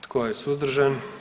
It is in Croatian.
Tko je suzdržan?